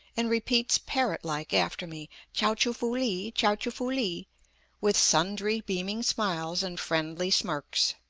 and repeats parrot-like after me chao-choo-foo li chao-choo-foo li with sundry beaming smiles and friendly smirks.